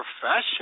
profession